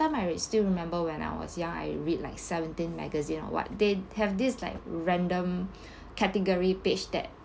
time I still remember when I was young I read like seventeen magazine or what they have this like random category page that